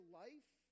life